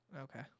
Okay